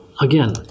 again